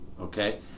okay